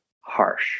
harsh